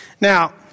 Now